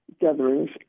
gatherings